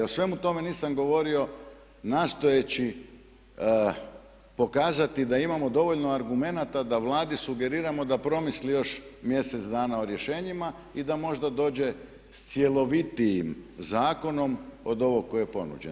O svemu tome nisam govorio nastojeći pokazati da imamo dovoljno argumenata da Vladi sugeriramo da promisli još mjesec dana o rješenjima i da možda dođe s cjelovitijim zakonom od ovog koji je ponuđen.